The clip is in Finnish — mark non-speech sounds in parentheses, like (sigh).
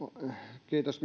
kiitos (unintelligible)